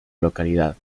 localidad